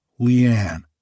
Leanne